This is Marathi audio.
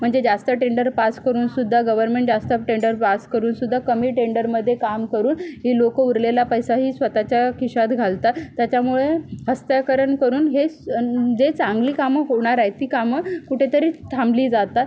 म्हणजे जास्त टेंडर पास करून सुद्धा गव्हर्मेंट जास्त टेंडर पास करून सुद्धा कमी टेंडरमध्ये काम करून ही लोक उरलेला पैसाही स्वतःच्या खिशात घालतात त्याच्यामुळे हस्तांतरण करून हे जे चांगली कामं होणार आहे ती कामं कुठेतरी थांबली जातात